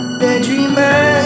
daydreamer